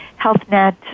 HealthNet